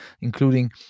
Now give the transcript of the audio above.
including